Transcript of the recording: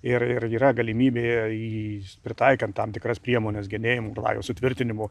ir ir yra galimybė jį pritaikant tam tikras priemones genėjimo ir lajos sutvirtinimo